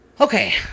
Okay